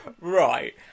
right